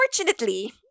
unfortunately